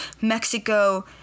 Mexico